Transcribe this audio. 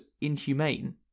inhumane